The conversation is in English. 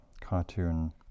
cartoon